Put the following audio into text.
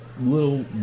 little